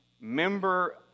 member